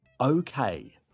Okay